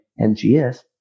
NGS